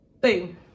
Boom